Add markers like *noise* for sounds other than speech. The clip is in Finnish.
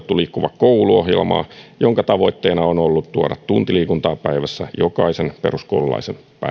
*unintelligible* liikkuva koulu ohjelmaa jonka tavoitteena on ollut tuoda tunti liikuntaa päivässä jokaisen peruskoululaisen päivään ohjelma